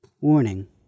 Warning